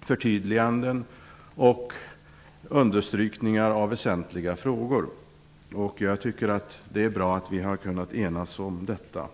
förtydliganden och understrykningar av väsentliga frågor. Det är bra att vi har kunnat enas om detta.